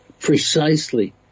precisely